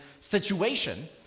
situation